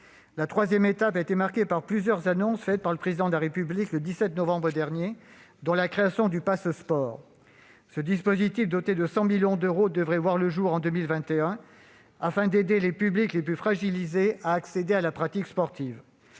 La troisième étape a été marquée par plusieurs annonces faites par le Président de la République le 17 novembre dernier, dont la création du Pass'Sport. Ce dispositif, doté de 100 millions d'euros, devrait voir le jour en 2021 afin d'aider les publics les plus fragilisés à accéder à la pratique sportive.